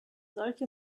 solche